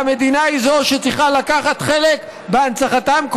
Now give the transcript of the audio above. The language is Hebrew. והמדינה היא שצריכה לקחת חלק בהנצחתם,